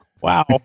wow